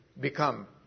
become